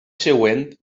següent